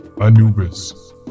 Anubis